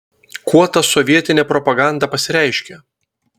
kuo ta sovietinė propaganda pasireiškė